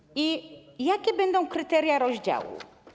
I jakie będą kryteria rozdziału?